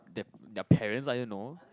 their their parents I don't know